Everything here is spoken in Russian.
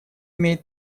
имеет